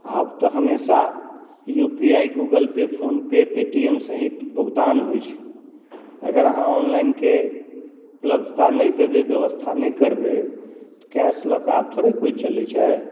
आब तऽ हमेशा U P I Google Pay PhonePe Paytm से ही भुगतान होइत छै अगर अहाँ उपलब्धता नहि देबै ऑनलाइनके व्यवस्था नहि करबै तऽ कैश लऽ कऽ आब थोड़े ही केओ चलैत छै